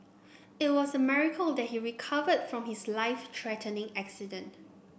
it was a miracle that he recovered from his life threatening accident